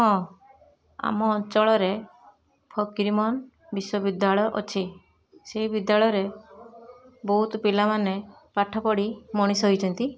ହଁ ଆମ ଅଞ୍ଚଳରେ ଫକୀରମୋହନ ବିଶ୍ୱବିଦ୍ୟାଳୟ ଅଛି ସେହି ବିଦ୍ୟାଳୟରେ ବହୁତ ପିଲାମାନେ ପାଠପଢ଼ି ମଣିଷ ହେଇଛନ୍ତି